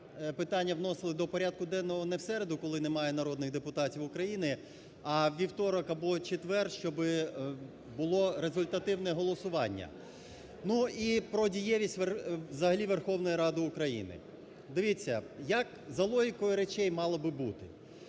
питання вносили до порядку денного не в середу, коли немає народних депутатів України, а у вівторок або четвер. Щоб було результативне голосування. Ну, і про дієвість взагалі Верховної Ради України. Дивіться, як за логікою речей мало би бути.